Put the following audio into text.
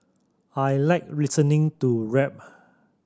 I like listening to rap